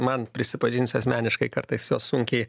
man prisipažinsiu asmeniškai kartais jos sunkiai